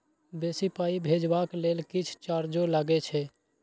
बेसी पाई भेजबाक लेल किछ चार्जो लागे छै?